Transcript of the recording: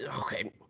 okay